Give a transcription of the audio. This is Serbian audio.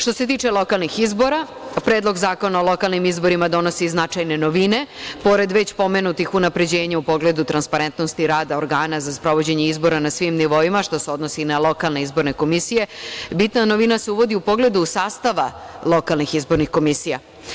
Što se tiče lokalnih izbora, Predlog Zakona o lokalnim izborima donosi značajne novine, pored već pomenutih, unapređenje u pogledu transparentnosti rada organa za sprovođenje izbora na svim nivoima, što se odnosi i na lokalne izborne komisije, bitna novina se uvodi u pogledu sastava lokalnih izbornih komisija.